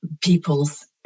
people's